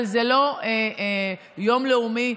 אבל זה לא יום לאומי.